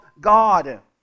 God